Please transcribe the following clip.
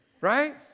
Right